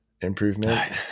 improvement